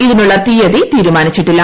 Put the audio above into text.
ഇതിനുള്ള തീയതി തീരുമാനിച്ചിട്ടില്ല